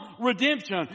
redemption